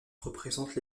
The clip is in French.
représentent